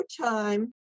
time